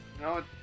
No